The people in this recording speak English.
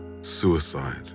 Suicide